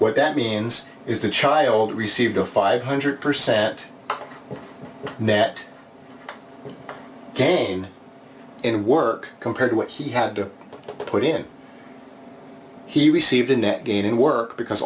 what that means is the child received a five hundred percent net gain in work compared to what he had to put in he received a net gain in work because